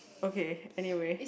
okay anyway